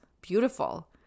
beautiful